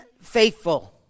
faithful